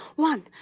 one,